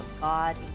God